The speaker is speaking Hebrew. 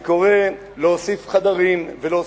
אני קורא להוסיף חדרים ולהוסיף,